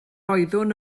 oeddwn